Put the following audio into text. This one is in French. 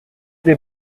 des